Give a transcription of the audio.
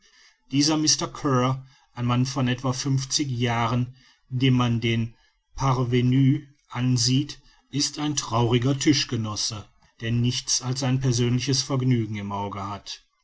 dieser mr kear ein mann von etwa fünfzig jahren dem man den parvenu ansieht ist ein trauriger tischgenosse der nichts als sein persönliches vergnügen im auge hat